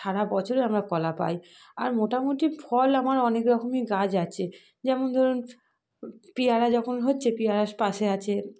সারা বছরই আমরা কলা পাই আর মোটামুটি ফল আমার অনেক রকমই গাছ আছে যেমন ধরুন পেয়ারা যখন হচ্ছে পেয়ারা পাশে আছে